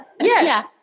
yes